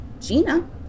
Gina